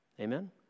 Amen